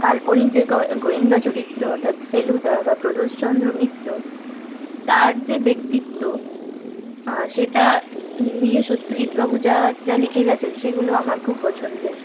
কাল্পনিক যে গোয়েন্দা চরিত্র অর্থাৎ ফেলুদা বা প্রদোষচন্দ্র মিত্র তার যে ব্যক্তিত্ব সেটা নিয়ে সত্যজিৎবাবু যা যা লিখে গেছেন সেগুলো আমার খুব পছন্দের